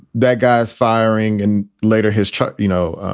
that guy's firing. and later, his truck, you know,